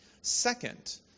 Second